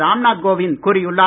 ராம் நாத் கோவிந்த் கூறியுள்ளார்